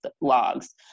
logs